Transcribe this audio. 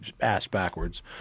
ass-backwards